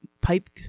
pipe